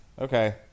Okay